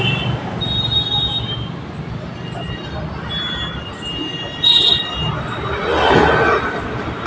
pension नै प्राप्त भेला पर ओ बहुत दुःखी छला